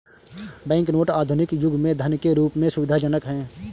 bank note आधुनिक युग में धन के रूप में सुविधाजनक हैं